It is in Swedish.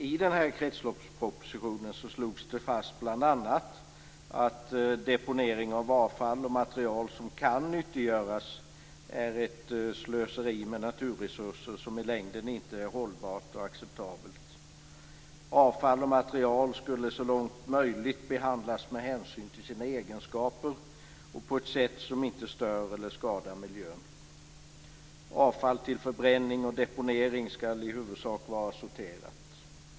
I kretsloppspropositionen slogs det fast bl.a. att deponering av avfall och material som kan nyttiggöras är ett slöseri med naturresurser som i längden inte är hållbart och acceptabelt. Avfall och material skall så långt möjligt behandlas med hänsyn till sina egenskaper och på ett sätt som inte stör eller skadar miljön. Avfall till förbränning och deponering skall i huvudsak vara sorterat.